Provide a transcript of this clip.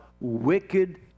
wicked